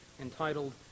entitled